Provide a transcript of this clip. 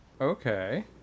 okay